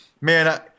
man